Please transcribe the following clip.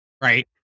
right